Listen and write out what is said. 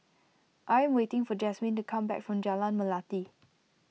I am waiting for Jazmin to come back from Jalan Melati